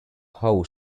how